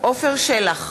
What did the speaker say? עפר שלח,